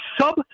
sub